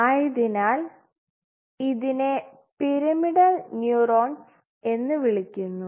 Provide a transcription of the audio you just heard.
ആയതിനാൽ ഇതിനെ pyramidal neurons എന്ന് വിളിക്കുന്നു